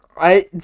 I-